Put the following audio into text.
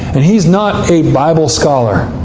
and he's not a bible scholar.